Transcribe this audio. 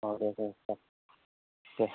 औ दे दे सार दे